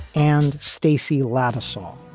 and stacey lavis saw